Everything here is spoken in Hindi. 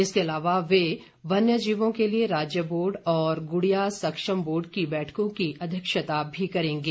इसके अलावा वे वन्य जीवों के लिये राज्य बोर्ड और गुड़िया सक्षम बोर्ड की बैठकों की अध्यक्षता भी करेंगे